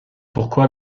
pourquoi